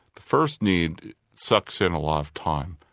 the first need sucks in a lot of time.